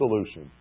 solution